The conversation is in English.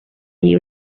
you